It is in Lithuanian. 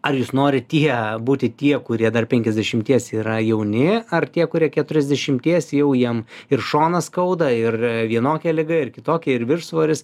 ar jūs norit tie būti tie kurie dar penkiasdešimties yra jauni ar tie kurie keturiasdešimties jau jiem ir šoną skauda ir vienokia liga ir kitokia ir viršsvoris